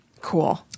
cool